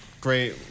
great